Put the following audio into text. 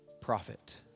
prophet